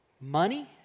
money